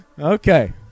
Okay